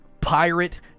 pirate